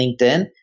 LinkedIn